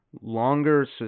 longer